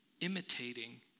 imitating